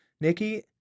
Nikki